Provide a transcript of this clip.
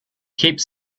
keeps